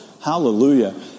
Hallelujah